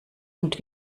und